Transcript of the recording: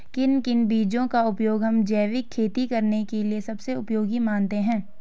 किन किन बीजों का उपयोग हम जैविक खेती करने के लिए सबसे उपयोगी मानते हैं?